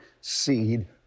seed